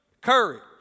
courage